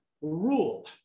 rule